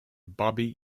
bobby